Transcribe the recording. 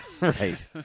right